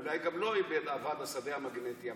אולי גם לו אבד השדה המגנטי.